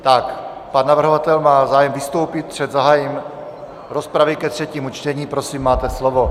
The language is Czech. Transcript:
Tak pan navrhovatel má zájem vystoupit před zahájením rozpravy ke třetímu čtení, prosím, máte slovo.